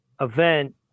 event